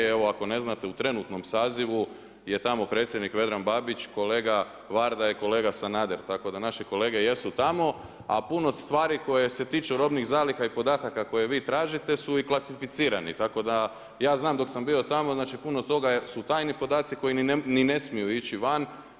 Evo ako ne znate u trenutnom sazivu je tamo predsjednik Vedran Babić, kolega Varda i kolega Sanader tako da naši kolege jesu tamo, a puno stvari koje se tiču robnih zaliha i podataka koje vi tražite su i klasificirani tako da ja znam dok sam bio tamo, znači puno toga su tajni podaci koji ni ne smiju ići van.